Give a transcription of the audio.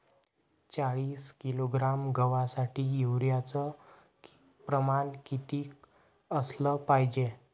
चाळीस किलोग्रॅम गवासाठी यूरिया च प्रमान किती असलं पायजे?